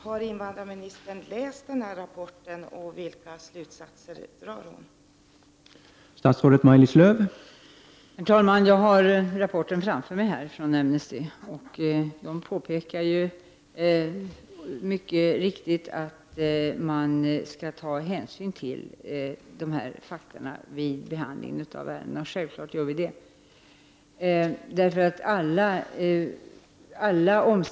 Har invandrarministern läst den här rapporten och vilka slutsatser har hon i så fall dragit?